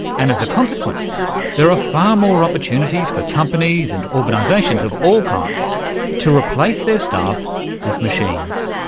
and as a consequence there are far more opportunities for companies and organisations of all kinds to replace their staff with machines.